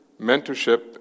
mentorship